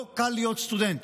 לא קל להיות סטודנט.